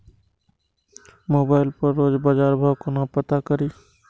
Mobile पर रोज बजार भाव कोना पता करि?